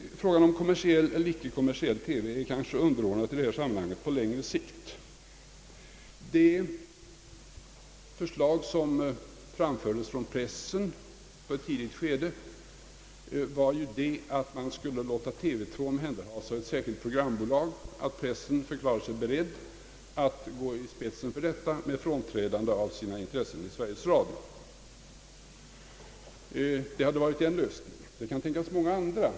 Frågan om kommersiell eller icke kommersiell TV är alltså underordnad i detta sammanhang på längre sikt. Det förslag som framfördes från pressen på ett tidigt stadium var ju att man skulle låta TV 2 omhänderhas av ett särskilt programbolag, och pressen förklarade sig beredd att gå i spetsen för detta med frånträdande av sina intressen i Sveriges Radio. Det hade varit en lösning, och det kan tänkas många andra.